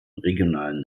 regionalen